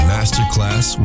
Masterclass